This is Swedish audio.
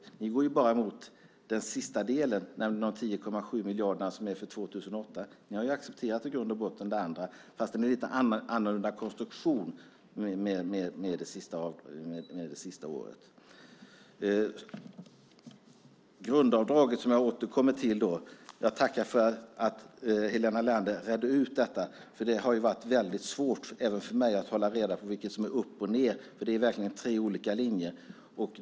Miljöpartiet går bara emot den sista delen, nämligen de 10,7 miljarder som är för 2008. Ni har i grund och botten accepterat det andra, fastän med en lite annorlunda konstruktion för det sista året. Jag återkommer till grundavdraget. Jag tackar för att Helena Leander redde ut detta. Det har även för mig varit svårt att hålla reda på vilket som är upp och ned. Det är tre olika linjer.